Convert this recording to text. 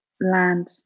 land